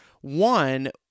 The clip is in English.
one